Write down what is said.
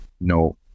No